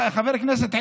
חבר הכנסת עיסאווי,